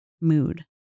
mood